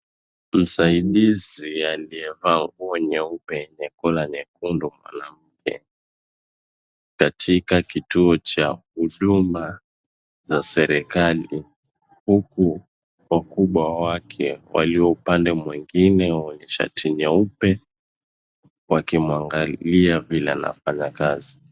Msaidizi aliyevalia nguo nyeupe ya kola nyekundu anaongea, katika kituo cha huduma za serikali huku wakubwa wake walio upande mwingine wenye shati nyeupe, wakimwangalia vile anafanya kazi.